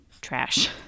trash